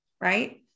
right